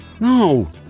No